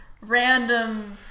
random